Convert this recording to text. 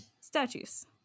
statues